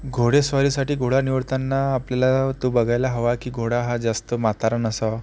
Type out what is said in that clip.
घोडेस्वारीसाठी घोडा निवडताना आपल्याला तो बघायला हवा की घोडा हा जास्त म्हातारा नसावा